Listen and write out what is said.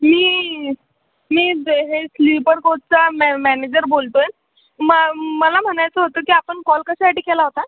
मी मी जे हे स्लीपर कोचचा मॅ मॅनेजर बोलत आहे म मला म्हणायचं होतं की आपण कॉल कशासाठी केला होता